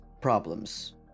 problems